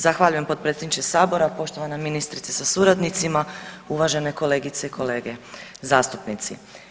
Zahvaljujem potpredsjedniče Sabora, poštovana ministrice sa suradnicima, uvažene kolegice i kolege zastupnici.